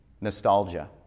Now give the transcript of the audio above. nostalgia